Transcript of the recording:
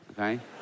okay